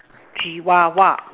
chihuahua